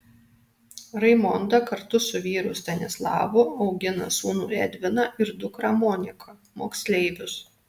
raimonda kartu su vyru stanislavu augina sūnų edviną ir dukrą moniką moksleivius